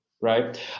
Right